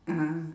(uh huh)